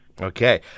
Okay